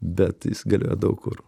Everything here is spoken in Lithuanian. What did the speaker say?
bet jis galioja daug kur